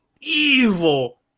evil